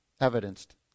evidenced